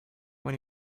when